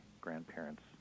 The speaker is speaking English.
grandparents